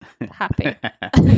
happy